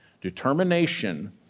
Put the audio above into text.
Determination